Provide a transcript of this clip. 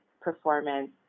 performance